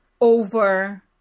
over